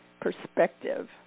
perspective